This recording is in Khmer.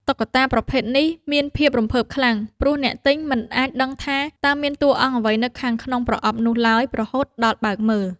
តុក្កតាប្រភេទនេះមានភាពរំភើបខ្លាំង ព្រោះអ្នកទិញមិនអាចដឹងថា តើមានតួអង្គអ្វីនៅខាងក្នុងប្រអប់នោះឡើយរហូតដល់បើកមើល។